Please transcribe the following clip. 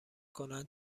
کنند